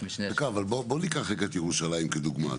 משנה --- בוא ניקח רגע את ירושלים כדוגמה.